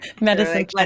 Medicine